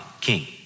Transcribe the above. king